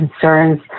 concerns